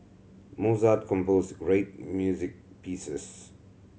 Mozart compose great music pieces